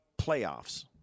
playoffs